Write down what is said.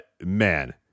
man